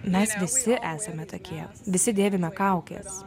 mes visi esame tokie visi dėvime kaukes